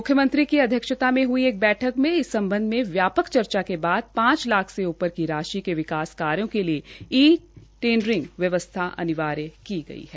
मुख्यमंत्री की अध्यक्षता में हई एक बैठक में इस सम्बंध में व्यापक चर्चा के बाद पांच लाख से ऊपर की राशि के विकास कार्यो के लिए ई टेंडरिंग व्यवस्था अनिवार्य की गई है